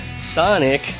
Sonic